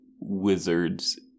wizards